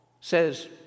says